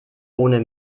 ohne